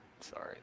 Sorry